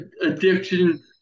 addiction